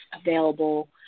available